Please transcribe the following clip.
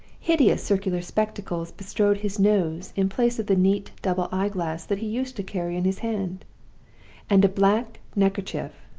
hideous circular spectacles bestrode his nose in place of the neat double eyeglass that he used to carry in his hand and a black neckerchief,